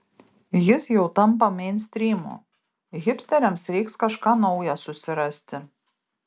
jis jau tampa meinstrymu hipsteriams reiks kažką naują susirasti